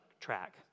track